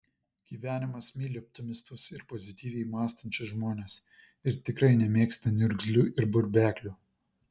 gyvenimas myli optimistus ir pozityviai mąstančius žmones ir tikrai nemėgsta niurgzlių ir burbeklių